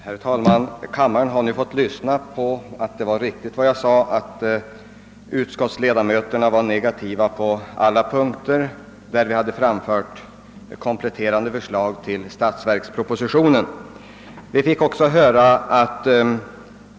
Herr talman! Kammaren har nu fått lyssna på ett anförande som visade det riktiga i mitt uttalande att statsutskottets socialdemokratiska ledamöter är negativa på alla punkter vad beträffar våra kompletterande förslag till statsverkspropositionen, som berör lokaliseringspolitiken och glesbygderna.